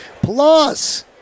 plus